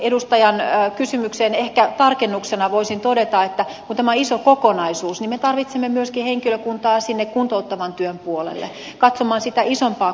edustajan kysymykseen ehkä tarkennuksena voisin todeta että kun tämä on iso kokonaisuus niin me tarvitsemme myöskin henkilökuntaa sinne kuntouttavan työn puolelle katsomaan sitä isompaa kokonaisuutta